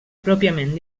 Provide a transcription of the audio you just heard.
pròpiament